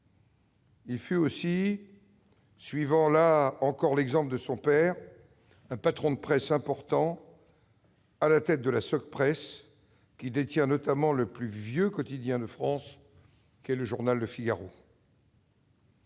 Il fut aussi, suivant là encore l'exemple de son père, un patron de presse important à la tête de la Socpresse, qui détient notamment le plus vieux quotidien de France qu'est. Serge Dassault